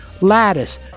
Lattice